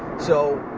so,